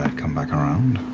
ah come back around.